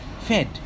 fed